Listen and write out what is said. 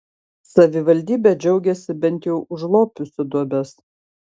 savivaldybė džiaugiasi bent jau užlopiusi duobes